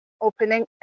opening